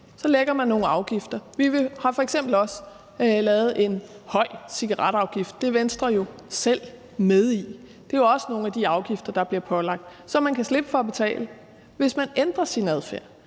Så lægger man nogle afgifter på. Vi har f.eks. også lavet en høj cigaretafgift. Det er Venstre jo selv med i, og det er jo også nogle af de afgifter, der bliver pålagt, som man kan slippe for at betale, hvis man ændrer sin adfærd.